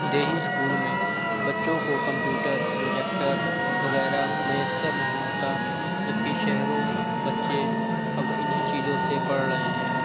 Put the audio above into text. دیہی اسکول میں بچوں کو کمپیوٹر پروجیکٹر وغیرہ میسر نہیں ہوتا جبکہ شہروں بچے اب انہیں چیزوں سے پڑھ رہے ہیں